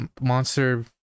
monster